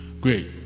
Great